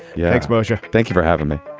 yeah, exposure. thank you for having me